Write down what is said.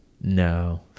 No